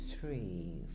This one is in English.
three